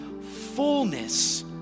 fullness